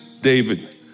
David